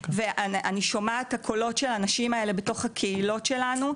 ואני שומעת את הקולות של הנשים האלו בתוך הקהילות שלנו,